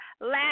last